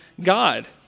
God